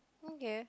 okay